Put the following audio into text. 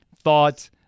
thought